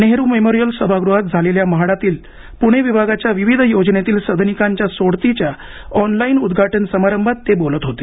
Nehru memorial सभागृहात झालेल्या म्हाडातील प्णे विभागाच्या विविध योजनेतील सदनिकांच्या सोडतीच्या ऑनलाइन उद्घाटन समारंभात ते बोलत होते